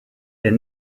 est